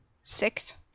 six